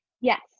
Yes